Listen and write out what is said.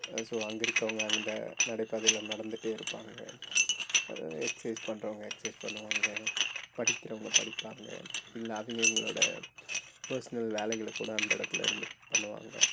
so அங்கேருக்கவுங்க அந்த நடைபாதையில் நடத்துகிட்டே இருப்பாங்க எக்சஸைஸ் பண்றவங்க எக்சஸைஸ் பண்ணுவாங்க படிக்கிறவங்க படிப்பாங்க இல்லை அவங்கவிங்களோட பர்ஸ்னல் வேலைகளை கூட அந்த இடத்துலருந்து பண்ணுவாங்க